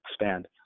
expand